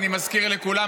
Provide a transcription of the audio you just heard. אני מזכיר לכולם,